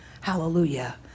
Hallelujah